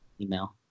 email